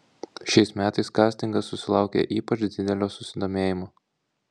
šiais metais kastingas susilaukė ypač didelio susidomėjimo